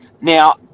now